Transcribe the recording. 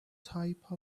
type